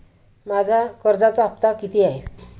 माझा कर्जाचा हफ्ता किती आहे?